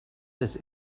this